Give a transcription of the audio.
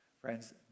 Friends